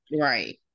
right